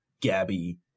Gabby